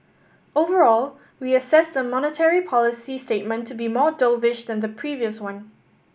overall we assess the monetary policy statement to be more dovish than the previous one